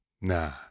Nah